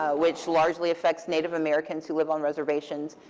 ah which largely affects native americans who live on reservations.